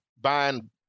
buying